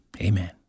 Amen